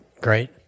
great